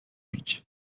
bić